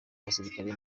abasirikare